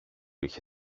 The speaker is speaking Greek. είχε